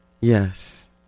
Yes